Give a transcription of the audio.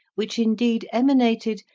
which indeed emanated,